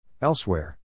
Elsewhere